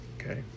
Okay